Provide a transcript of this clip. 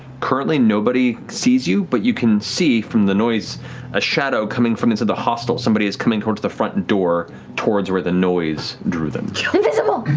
currently nobody sees you, but you can see from the noise a shadow coming from inside the hostel. somebody is coming towards the front door towards where the noise drew them. laura invisible.